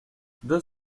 deux